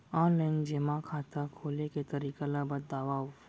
Online जेमा खाता खोले के तरीका ल बतावव?